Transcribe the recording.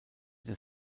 des